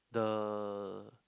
the